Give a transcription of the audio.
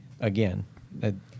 again